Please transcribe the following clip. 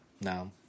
No